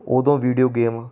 ਉਦੋਂ video game